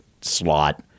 slot